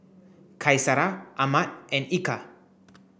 Qaisara Ahmad and Eka